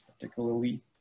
particularly